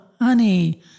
honey